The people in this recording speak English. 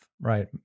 right